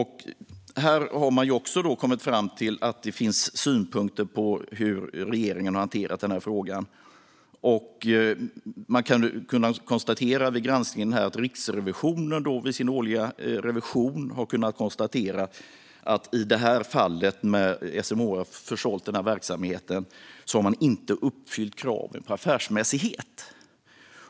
Här har man också kommit fram till att det finns synpunkter på hur regeringen har hanterat denna fråga. Man kunde vid granskningen konstatera att Riksrevisionen vid sin årliga revision har kunnat konstatera att kraven på affärsmässighet inte har uppfyllts vid SMHI:s försäljning av denna verksamhet.